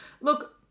Look